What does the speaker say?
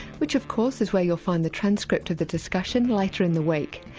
which of course is where you'll find the transcript of the discussion later in the week.